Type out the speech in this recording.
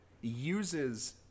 uses